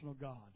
God